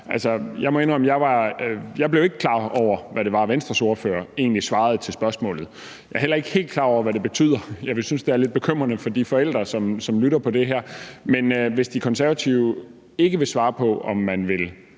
jeg ikke blev klar over, hvad det var, Venstres ordfører egentlig svarede til spørgsmålet. Jeg er heller ikke helt klar over, hvad det betyder. Jeg vil synes, det er lidt bekymrende for de forældre, som lytter til det her, men hvis De Konservative ikke vil svare på, om man vil